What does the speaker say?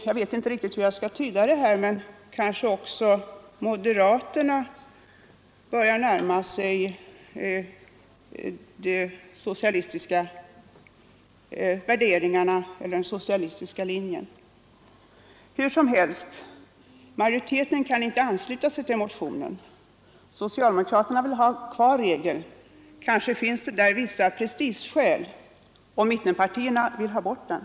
Jag vet inte riktigt hur jag skall tyda det, men kanske också moderaterna börjar närma sig de socialistiska värderingarna eller den socialistiska linjen. Hur som helst: majoriteten kan inte ansluta sig till motionen. Socialdemokraterna vill ha kvar regeln — kanske finns det där vissa prestigeskäl — och mittenpartierna vill ha bort den.